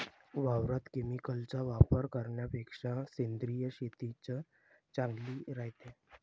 वावरात केमिकलचा वापर करन्यापेक्षा सेंद्रिय शेतीच चांगली रायते